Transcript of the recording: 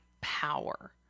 power